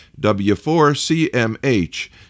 W4CMH